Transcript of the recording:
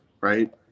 right